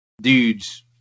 dudes